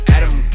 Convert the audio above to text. Adam